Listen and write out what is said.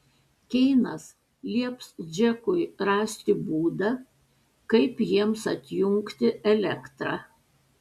keinas lieps džekui rasti būdą kaip jiems atjungti elektrą